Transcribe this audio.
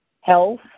health